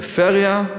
פריפריה,